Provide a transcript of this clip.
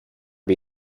can